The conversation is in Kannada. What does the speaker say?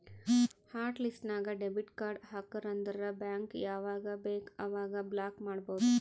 ಹಾಟ್ ಲಿಸ್ಟ್ ನಾಗ್ ಡೆಬಿಟ್ ಕಾರ್ಡ್ ಹಾಕುರ್ ಅಂದುರ್ ಬ್ಯಾಂಕ್ ಯಾವಾಗ ಬೇಕ್ ಅವಾಗ ಬ್ಲಾಕ್ ಮಾಡ್ಬೋದು